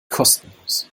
kostenlos